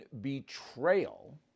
betrayal